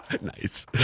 nice